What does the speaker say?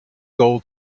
gold